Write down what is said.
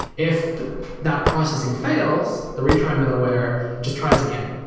if that processing fails, the retry middleware just tries again.